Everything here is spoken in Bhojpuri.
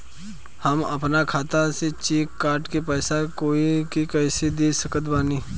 हम अपना खाता से चेक काट के पैसा कोई के कैसे दे सकत बानी?